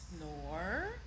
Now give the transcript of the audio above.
Snore